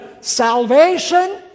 salvation